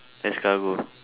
escargot